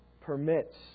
permits